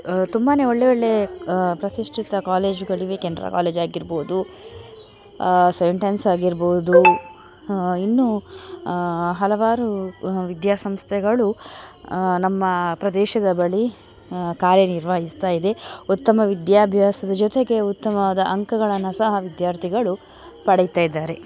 ತುಂಬಾ ಒಳ್ಳೆಯ ಒಳ್ಳೆಯ ಪ್ರತಿಷ್ಠಿತ ಕಾಲೇಜುಗಳಿವೆ ಕೆನರ ಕಾಲೇಜ್ ಆಗಿರ್ಬೋದು ಸೈಂಟ್ ಆ್ಯನ್ಸ್ ಆಗಿರ್ಬೋದು ಇನ್ನೂ ಹಲವಾರು ವಿದ್ಯಾ ಸಂಸ್ಥೆಗಳು ನಮ್ಮ ಪ್ರದೇಶದ ಬಳಿ ಕಾರ್ಯನಿರ್ವಹಿಸ್ತಾ ಇದೆ ಉತ್ತಮ ವಿದ್ಯಾಭ್ಯಾಸದ ಜೊತೆಗೆ ಉತ್ತಮವಾದ ಅಂಕಗಳನ್ನು ಸಹ ವಿದ್ಯಾರ್ಥಿಗಳು ಪಡಿತಾಯಿದ್ದಾರೆ